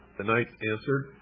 the knights answered,